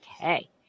Okay